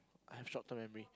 I have short term memory